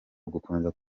ugukomeza